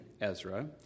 Ezra